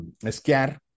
esquiar